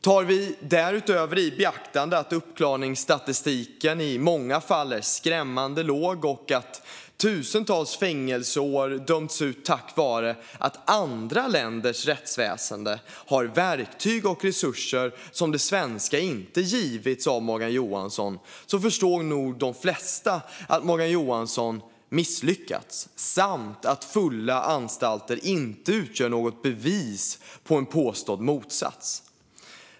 Tar vi därutöver i beaktande att uppklarningsprocenten i många fall är skrämmande låg och att tusentals fängelseår döms ut tack vare att andra länders rättsväsen har verktyg och resurser som det svenska inte givits av Morgan Johansson förstår nog de flesta att Morgan Johansson har misslyckats samt att fulla anstalter inte utgör något bevis på en påstådd motsats.